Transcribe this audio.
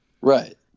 right